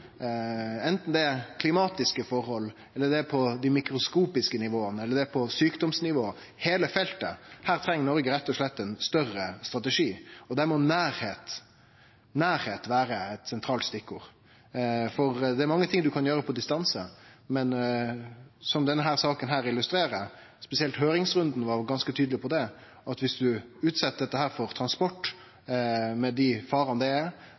det er klimatiske forhold, eller det er på mikroskopisk nivå eller sjukdomsnivå – heile feltet – treng Noreg rett og slett ein større strategi. Der må nærleik vere eit sentralt stikkord. Det er mange ting ein kan gjere på distanse, men denne saka illustrerer – spesielt var høyringsrunden ganske tydeleg på det – at dersom ein utset dette for transport med dei farane det gir, er